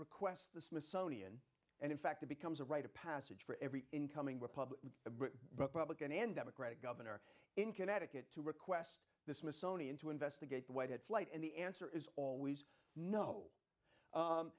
requests the smithsonian and in fact it becomes a rite of passage for every incoming republican the republican and democratic governor in connecticut to request the smithsonian to investigate what had flight and the answer is always no